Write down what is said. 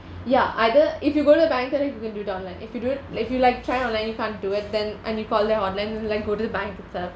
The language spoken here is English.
ya either if you go to the bank then you can do it online if you do it like if you like try online you can't do it then and you call the hotline and it's like go to the bank itself